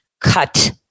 cut